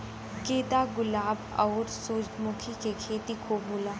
गेंदा गुलाब आउर सूरजमुखी के खेती खूब होला